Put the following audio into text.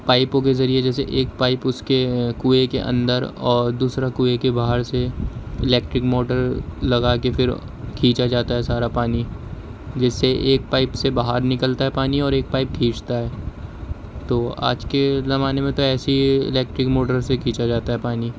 پائپوں کے ذریعے جیسے ایک پائپ اس کے کنویں کے اندر اور دوسرا کنویں کے باہر سے الیکٹرک موٹر لگا کے پھر کھینچا جاتا ہے سارا پانی جس سے ایک پائپ سے باہر نکلتا ہے پانی اور ایک پائپ کھینچتا ہے تو وہ آج کے زمانے میں تو ایسی الیکٹرک موٹر سے کھینچا جاتا ہے پانی